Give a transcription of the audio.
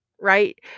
right